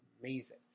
amazing